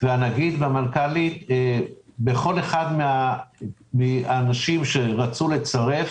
הנגיד והמנכ"לית לגבי כל אחד מן האנשים שרצו לצרף,